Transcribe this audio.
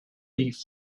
leaf